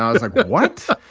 i was like, but what?